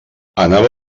anava